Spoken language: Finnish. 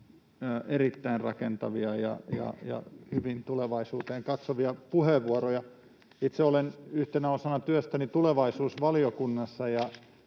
erittäin rakentavia ja hyvin tulevaisuuteen katsovia puheenvuoroja. Itse olen yhtenä osana työstäni tulevaisuusvaliokunnassa,